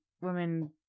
women